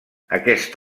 aquest